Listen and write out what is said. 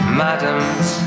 madams